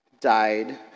died